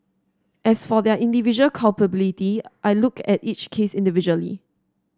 as for their individual culpability I looked at each case individually